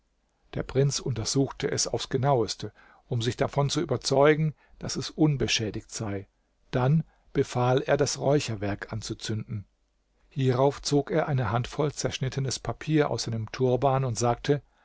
der prinz untersuchte es aufs genaueste um sich zu überzeugen daß es unbeschädigt sei dann befahl er das räucherwerk anzuzünden hierauf zog er eine handvoll zerschnittenes papier aus seinem turban und sagte